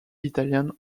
italian